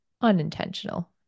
unintentional